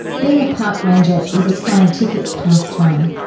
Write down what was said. being a park ranger is a scientific pastime.